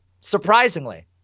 Surprisingly